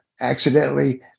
accidentally